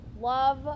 Love